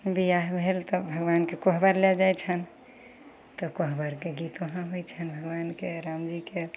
बियाह भेल तऽ भगवानके कोहबर लऽ जाइ छन्हि तऽ कोहबरके गीत वहाँ होइ छन्हि भगवानके रामजीके